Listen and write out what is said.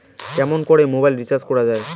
কেমন করে mobile recharge করা য়ায়?